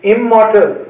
Immortal